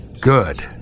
Good